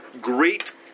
great